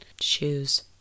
shoes